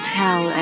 tell